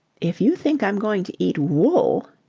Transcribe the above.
if you think i'm going to eat wool.